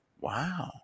Wow